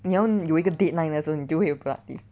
你要有一个 deadline 的时候你就会有 productive